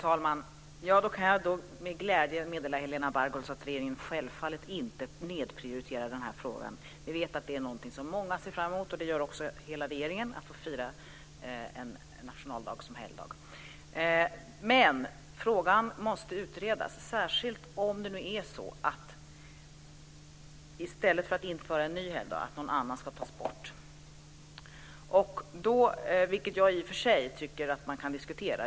Herr talman! Jag kan med glädje meddela Helena Bargholtz att regeringen självfallet inte nedprioriterar den här frågan. Vi vet att många ser fram emot att få fira nationaldagen som helgdag. Det gör också hela regeringen. Men frågan måste utredas, särskilt om införandet av en ny helgdag innebär att en annan ska tas bort. Det tycker jag i och för sig att man kan diskutera.